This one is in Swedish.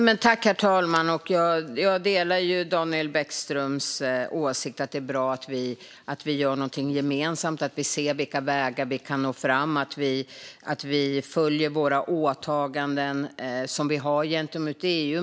Herr talman! Jag delar Daniel Bäckströms åsikt att det är bra att vi gör någonting gemensamt, att vi ser på vilka vägar vi kan nå fram och att vi följer de åtaganden vi har gentemot EU.